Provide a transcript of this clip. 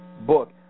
book